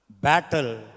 battle